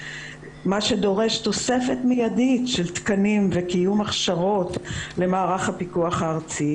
מה שדורש תוספת מידית של תקנים וקיום הכשרות למערך הפיקוח הארצי.